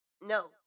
No